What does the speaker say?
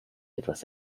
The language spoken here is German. etwas